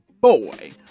boy